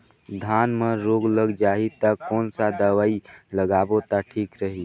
धान म रोग लग जाही ता कोन सा दवाई लगाबो ता ठीक रही?